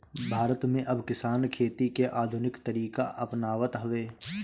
भारत में अब किसान खेती के आधुनिक तरीका अपनावत हवे